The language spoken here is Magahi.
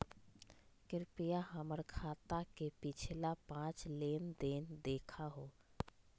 कृपया हमर खाता के पिछला पांच लेनदेन देखाहो